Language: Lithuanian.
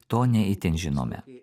to ne itin žinome